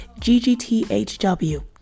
ggthw